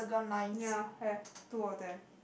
ya have two of them